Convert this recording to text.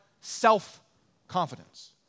self-confidence